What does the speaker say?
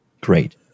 great